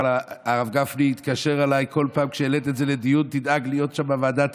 הרב גפני התקשר אליי בכל פעם שהעלית את זה לדיון: תדאג להיות שם בוועדה,